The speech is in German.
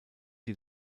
die